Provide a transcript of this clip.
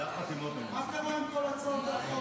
מה קרה עם כל הצעות החוק